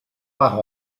par